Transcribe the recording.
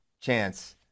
Chance